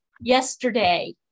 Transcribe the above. yesterday